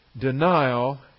Denial